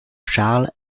charles